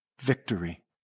victory